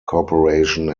corporation